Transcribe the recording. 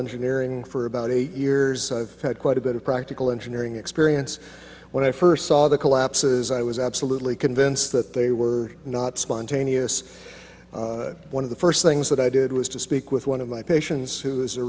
engineering for about eight years had quite a bit of practical engineering experience when i first saw the collapses i was absolutely convinced that they were not spontaneous one of the first things that i did was to speak with one of my patients who is a